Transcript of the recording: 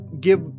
give